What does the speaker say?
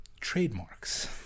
trademarks